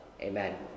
Amen